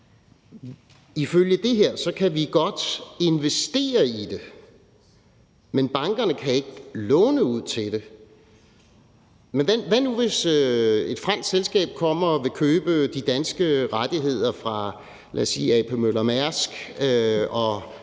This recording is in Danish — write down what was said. her beslutningsforslag kan vi godt investere i det, men bankerne kan ikke låne ud til det. Men hvad nu, hvis et fransk selskab kommer og vil købe de danske rettigheder fra, lad os sige